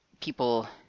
people